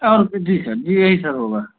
और जी सर जी यही सर होगा